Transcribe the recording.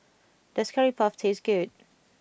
does Curry Puff taste good